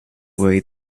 why